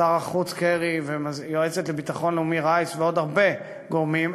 שר החוץ קרי והיועצת לביטחון לאומי רייס ועוד הרבה גורמים,